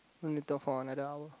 let me talk for another hour